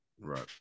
right